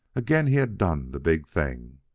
again he had done the big thing.